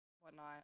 whatnot